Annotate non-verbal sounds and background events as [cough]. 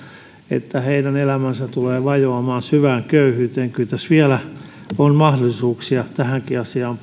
että heidän elämänsä tulee vajoamaan syvään köyhyyteen kyllä tässä vielä on mahdollisuuksia tähänkin asiaan [unintelligible]